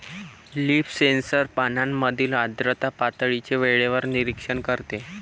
leaf sensor पानांमधील आर्द्रता पातळीचे वेळेवर निरीक्षण करते